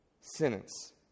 sentence